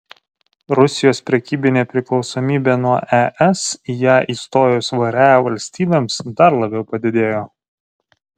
rusijos prekybinė priklausomybė nuo es į ją įstojus vre valstybėms dar labiau padidėjo